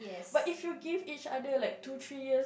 but if you give each other like two three year